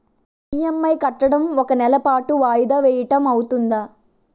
EMI కట్టడం ఒక నెల పాటు వాయిదా వేయటం అవ్తుందా?